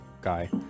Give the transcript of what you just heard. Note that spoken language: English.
guy